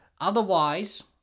Otherwise